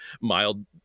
mild